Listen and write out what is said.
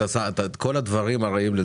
לא,